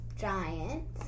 giant